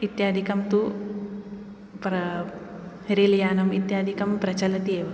इत्यादिकं तु प्र रेलयानम् इत्यादिकं प्रचलति एव